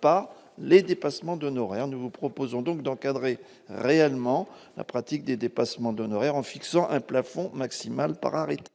pas les dépassements d'honoraires, nous vous proposons donc d'encadrer réellement la pratique des dépassements d'honoraires en fixant un plafond maximal par arrêté.